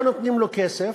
לא נותנים לו כסף,